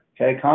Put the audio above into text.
Okay